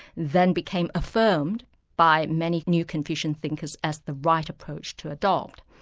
then became affirmed by many new confucian thinkers as the right approach to adopt.